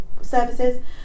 services